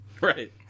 Right